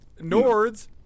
Nords